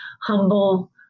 Humble